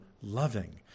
loving